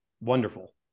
wonderful